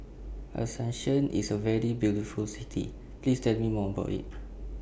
Asuncion IS A very beautiful City Please Tell Me More about IT